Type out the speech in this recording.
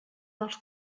dels